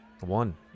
One